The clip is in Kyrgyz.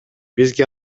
бизге